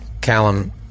Callum